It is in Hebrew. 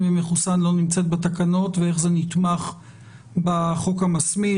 ומחוסן לא נמצאת בתקנות ואיך זה נתמך בחוק המסמיך.